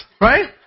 Right